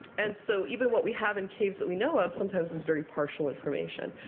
and so even what we have in caves that we know of sometimes is very partial information.